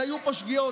היו פה שגיאות.